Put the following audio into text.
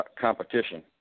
competition